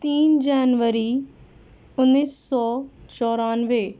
تین جنوری انیس سو چورانوے